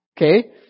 Okay